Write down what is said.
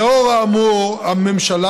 לנוכח האמור, הממשלה